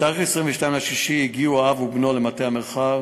ב-22 ביוני הגיעו האב ובנו למטה המרחב,